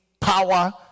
power